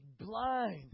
blind